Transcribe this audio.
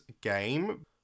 game